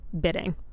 bidding